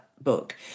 book